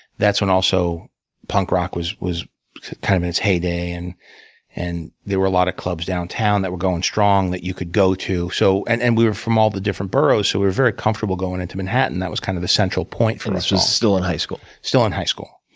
that's when also punk rock was was kind of in its heyday, and and there were a lot of clubs downtown that were going strong that you could go to. so and and we were from all the different boroughs, so we were very comfortable going into manhattan. that was kind of the central point for us. this was still in high school. still in high school.